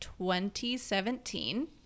2017